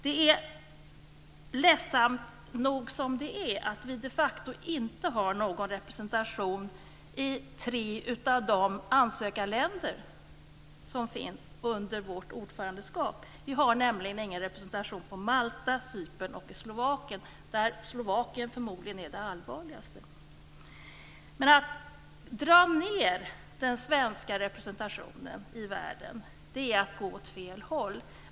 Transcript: Det är ledsamt nog att vi de facto inte har någon representation i tre av de kandidatländer som finns under vårt ordförandeskap. Vi har nämligen ingen representation på Malta, på Cypern eller i Slovakien. Slovakien är förmodligen det allvarligaste. Att dra ned den svenska representationen i världen är att gå åt fel håll.